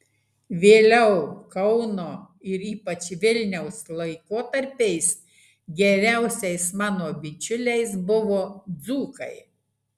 vėliau kauno ir ypač vilniaus laikotarpiais geriausiais mano bičiuliais buvo dzūkai